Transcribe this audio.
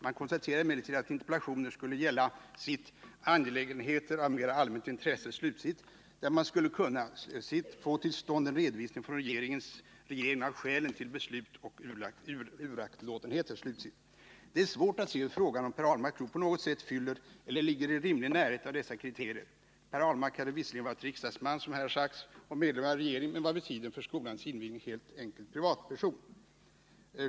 Man konstaterade emellertid att interpellationer skulle gälla ”angelägenheter av mera allmänt intresse”, där man skulle kunna ”få till stånd en redovisning från regeringen av skälen till beslut och uraktlåtenheter”. Det är svårt att se hur frågan om Per Ahlmarks skog på något sätt fyller eller ligger i rimlig närhet av dessa kriterier. Per Ahlmark hade visserligen, som här har sagts, tidigare varit riksdagsman och medlem av regeringen men var vid tiden för skogens invigning helt enkelt privatperson.